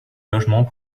logement